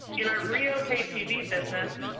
in our vrio pay-tv business,